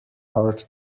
art